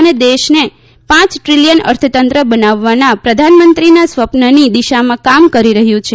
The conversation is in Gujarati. અને દેશને પાંચ દ્રીલીયન અર્થતંત્ર બનાવવાના પ્રધાનંમંત્રીના સ્વપનની દિશામાં કામ કરી રહ્યું છે